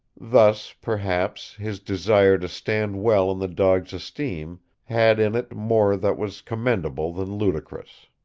thus, perhaps, his desire to stand well in the dog's esteem had in it more that was commendable than ludicrous.